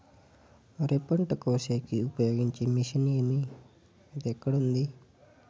వరి పంట కోసేకి ఉపయోగించే మిషన్ ఏమి అది ఎక్కడ ఉంది?